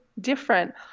different